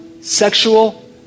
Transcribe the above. sexual